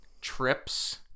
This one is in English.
trips